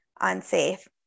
unsafe